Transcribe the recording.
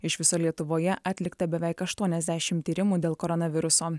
iš viso lietuvoje atlikta beveik aštuoniasdešimt tyrimų dėl koronaviruso